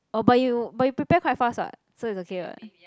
oh but you but you prepare quite fast [what] so it's okay [what]